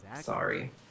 Sorry